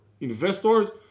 investors